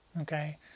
okay